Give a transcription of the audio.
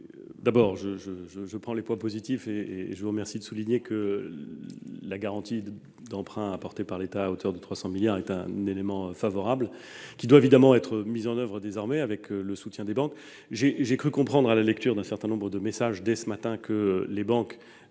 D'abord, je voudrais relever les points positifs. Je vous remercie de souligner que la garantie d'emprunt apportée par l'État, à hauteur de 300 milliards d'euros, est un élément favorable qui doit évidemment être mis en oeuvre avec le soutien des banques. J'ai cru comprendre, à la lecture d'un certain nombre de messages ce matin, que les banques,